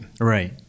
Right